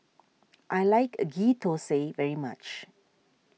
I like a Ghee Thosai very much